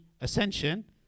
ascension